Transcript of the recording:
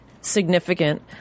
significant